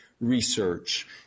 research